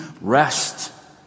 rest